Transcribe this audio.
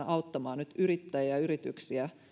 auttamaan nyt yrittäjiä ja yrityksiä